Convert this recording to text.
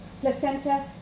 placenta